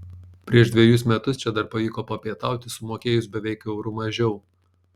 prieš dvejus metus čia dar pavyko papietauti sumokėjus beveik euru mažiau